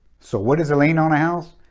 so what is the lien on a house?